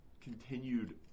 continued